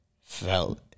felt